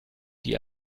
die